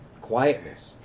quietness